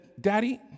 Daddy